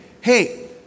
hey